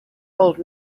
old